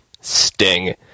Sting